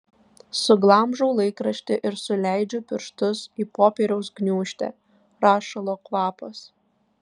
suglamžau laikraštį ir suleidžiu pirštus į popieriaus gniūžtę rašalo kvapas